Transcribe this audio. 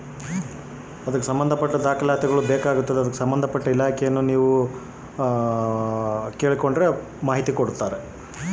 ನಮ್ಮ ದೇಶದ ಪ್ರಧಾನಿ ಹೆಸರಲ್ಲಿ ನಡೆಸೋ ಟ್ರೈನಿಂಗ್ ಸೇರಬೇಕಂದರೆ ಏನೇನು ಕಾಗದ ಪತ್ರ ನೇಡಬೇಕ್ರಿ?